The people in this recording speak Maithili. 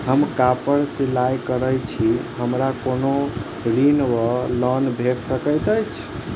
हम कापड़ सिलाई करै छीयै हमरा कोनो ऋण वा लोन भेट सकैत अछि?